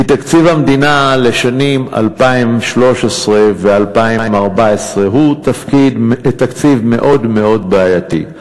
כי תקציב המדינה לשנים 2013 2014 הוא תקציב מאוד מאוד בעייתי.